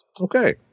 Okay